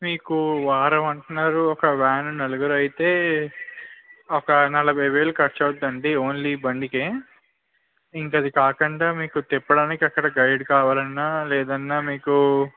మీకు వారం అంటున్నారు ఒక వ్యాన్ నలుగురు అయితే ఒక నలభై వేలు ఖర్చు అవుతుందండి ఓన్లీ బండికే ఇంక అదీ కాకుండా మీకు తిప్పడానికి అక్కడ గైడ్ కావాలన్నా లేదన్నా మీకు